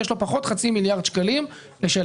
יש לו פחות חצי מיליארד שקלים לשלם.